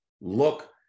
look